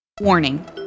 Warning